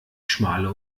schmale